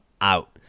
out